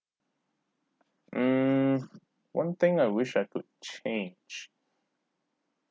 mm one thing I wish I could change